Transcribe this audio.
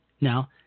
Now